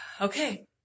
okay